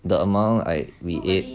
the amount I we ate